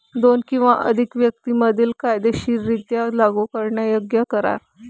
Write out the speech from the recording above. दोन किंवा अधिक व्यक्तीं मधील कायदेशीररित्या लागू करण्यायोग्य करार